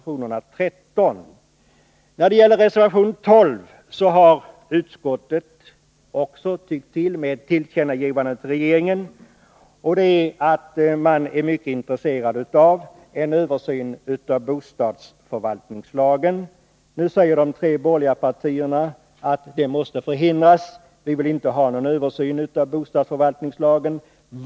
I reservation 12 behandlas frågan om åtgärder för att underlätta demokratisering av boendet. Utskottet har velat ge regeringen till känna att man är mycket intresserad av en översyn av bostadsförvaltningslagen. De tre borgerliga partierna säger att det måste förhindras, att de inte vill ha någon översyn av bostadsförvaltningslagen.